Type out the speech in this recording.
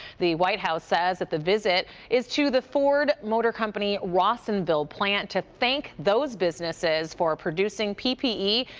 the white house says that the visit is to the ford motor company watsonville plant to thank those businesses businesses for producing p p e.